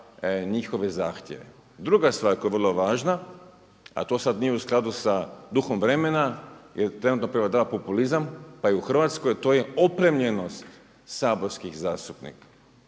njihove zahtjeve. Druga stvar koja je vrlo važna, a to nije u skladu sa duhom vremena jer trenutno prevladava populizam pa i u Hrvatskoj a to je opremljenost saborskih zastupnika.